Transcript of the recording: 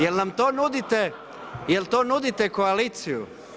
Jel' nam to nudite, jel' to nudite koaliciju?